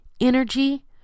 energy